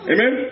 Amen